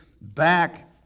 back